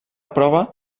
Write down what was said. prova